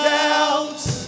doubts